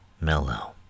Mellow